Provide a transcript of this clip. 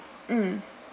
mm